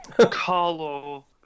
Carlo